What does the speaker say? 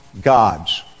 God's